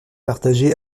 partagé